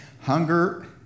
Hunger